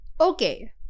okay